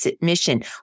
mission